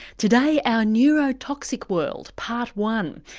today, our neurotoxic world, part one.